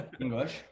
English